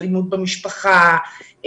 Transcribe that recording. אלימות במשפחה,